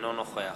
אינו נוכח